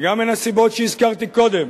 וגם מן הסיבות שהזכרתי קודם,